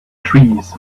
trees